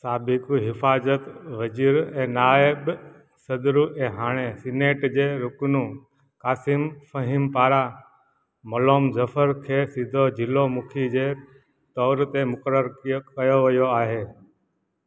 साबिक़ु हिफ़ाज़त वज़ीरु ऐं नाइब सदरु ऐं हाणे सीनेट जे रुकनो क़ासिम फ़हीम पारां मलोम ज़फर खे सिधो ज़िलो मुखी जे तौरु ते मुक़ररु कयो वियो आहे